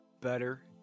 Better